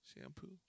Shampoo